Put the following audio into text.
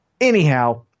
Anyhow